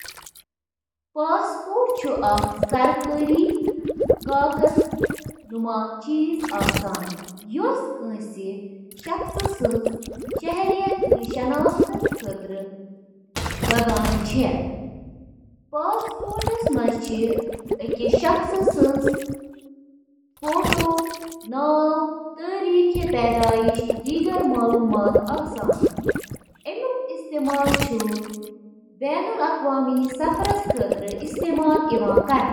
سائیکلٕک اَہَم جُز تہٕ تِم کِتھ کٔنۍ چھِ اِکہٕ وٹہٕ کٲم کران تِمَن منٛز چھِ drive train, crank set, bottom bracket, brakes, wheel تہٕ ٹائر تہٕ باقی۔